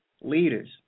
leaders